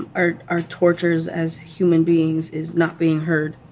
our our tortures as human beings is not being heard.